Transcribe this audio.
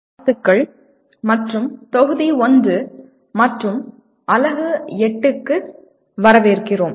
வாழ்த்துக்கள் மற்றும் தொகுதி 1 மற்றும் அலகு 8 க்கு வரவேற்கிறோம்